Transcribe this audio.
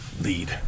Lead